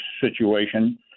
situation